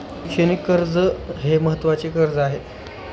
शैक्षणिक कर्ज हे महत्त्वाचे कर्ज आहे